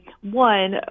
one